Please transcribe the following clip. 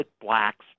blacks